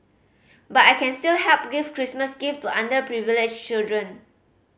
but I can still help give Christmas gift to underprivileged children